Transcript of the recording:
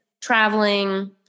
traveling